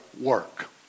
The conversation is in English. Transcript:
work